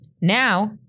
Now